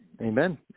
Amen